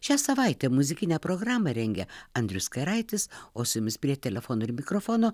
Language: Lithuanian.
šią savaitę muzikinę programą rengia andrius kairaitis o su jumis prie telefono ir mikrofono